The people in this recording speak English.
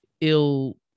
ill